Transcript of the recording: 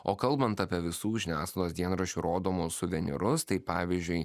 o kalbant apie visų žiniasklaidos dienraščių rodomus suvenyrus tai pavyzdžiui